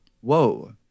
Whoa